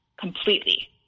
completely